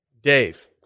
Dave